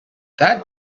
that